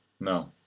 No